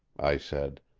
i said.